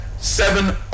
seven